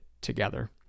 together